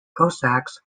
cossacks